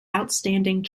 outstanding